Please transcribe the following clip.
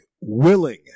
willing